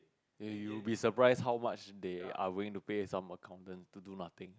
you will be surprised how much they are willing to pay some accountants to do nothing